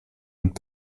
und